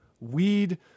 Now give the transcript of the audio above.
Weed